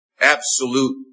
absolute